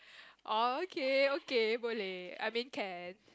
okay okay Boleh I mean can